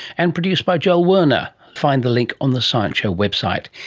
and produced by joel werner. find the link on the science show website.